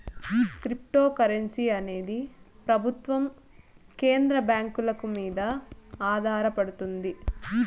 cryptocurrency అనేది ప్రభుత్వం కేంద్ర బ్యాంకుల మీద ఆధారపడదు